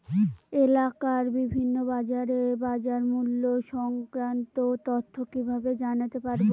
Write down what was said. এলাকার বিভিন্ন বাজারের বাজারমূল্য সংক্রান্ত তথ্য কিভাবে জানতে পারব?